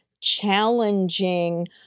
challenging